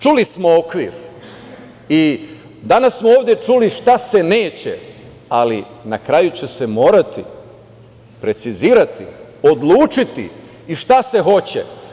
Čuli smo okvir i danas smo ovde čuli šta se neće, ali na kraju će se morati precizirati, odlučiti i šta se hoće.